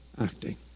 acting